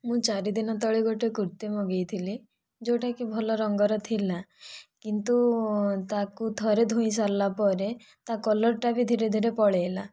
ମୁଁ ଚାରିଦିନ ତଳେ ଗୋଟିଏ କୁର୍ତି ମଗାଇଥିଲି ଯେଉଁଟାକି ଭଲ ରଙ୍ଗର ଥିଲା କିନ୍ତୁ ତାକୁ ଥରେ ଧୋଇ ସାରିଲା ପରେ ତା' କଲରଟା ବି ଧୀରେ ଧୀରେ ପଳାଇଲା